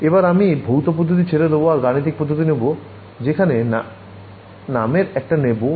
এবার আমি ভৌত পদ্ধতি ছেড়ে দেব আর গাণিতিক পদ্ধতি নেব যেখানে নামের একটা নেবো